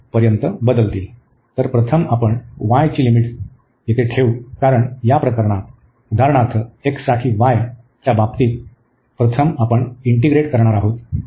तर प्रथम आपण y ची लिमिट येथे ठेवू कारण या प्रकरणात उदाहरणार्थ x साठी y च्या बाबतीत प्रथम आपण इंटीग्रेट करणार आहोत